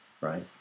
right